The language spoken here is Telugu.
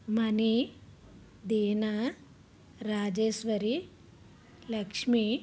మనీ దీనా రాజేశ్వరి లక్ష్మి